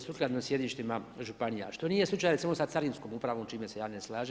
sukladno sjedištima županija, što nije slučaj recimo sa Carinskom upravom s čime se ne slažem.